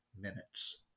minutes